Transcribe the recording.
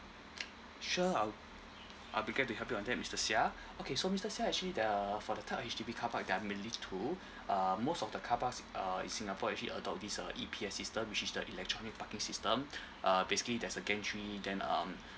sure I'd I'd be glad to help you on that mister siah okay so mister siah actually there are for the type of H_D_B car park there are mainly two um most of the car parks uh in singapore actually adopt this uh E_P_S system which is the electronic parking system uh basically there's a gantry then um